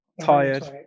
tired